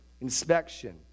inspection